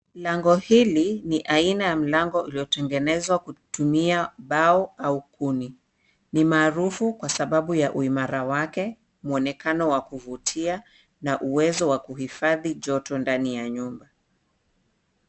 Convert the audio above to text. Lango hili ni aina ya mlango uliotengenezwa kutumia bao au kuni . Ni maarufu kwa sababu ya muonekano wake wa kuvutia na uwezo wa kuvutia joto ndani ya nyumba.